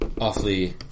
awfully